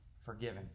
forgiven